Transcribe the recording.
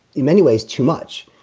in many ways too much.